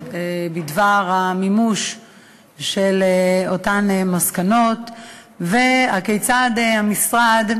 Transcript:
בדבר המימוש של אותן מסקנות וכיצד המשרד,